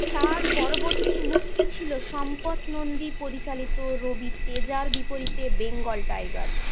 তার পরবর্তী মুক্তি ছিল সম্পথ নন্দী পরিচালিত রবি তেজার বিপরীতে বেঙ্গল টাইগার